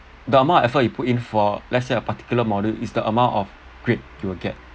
the amount of effort you put in for let's say a particular module is the amount of grade you will get